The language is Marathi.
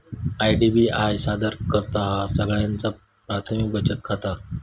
आय.डी.बी.आय सादर करतहा सगळ्यांचा प्राथमिक बचत खाता